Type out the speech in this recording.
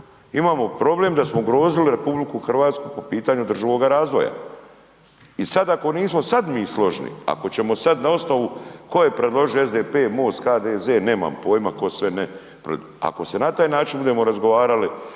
imamo problem da smo ugrozili RH po pitanju održivoga razvoja i sad ako nismo sad mi složni, ako ćemo sad na osnovu ko je predložio SDP, MOST, HDZ, nemam pojma ko sve ne, ako se na taj način budemo razgovarali,